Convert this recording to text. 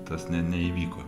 tas ne neįvyko